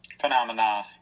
Phenomena